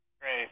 Great